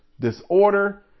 disorder